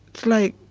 like